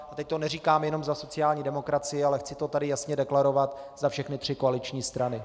A teď to neříkám jenom za sociální demokracii, ale chci to tady jasně deklarovat za všechny tři koaliční strany.